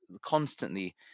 constantly